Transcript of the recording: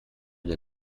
der